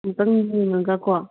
ꯑꯃꯨꯛꯇꯪ ꯌꯦꯡꯉꯒꯀꯣ